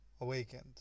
awakened